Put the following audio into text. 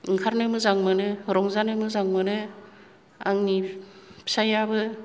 ओंखारनो मोजां मोनो रंजानो मोजां मोनो आंनि फिसाइयाबो